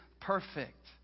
perfect